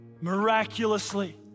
miraculously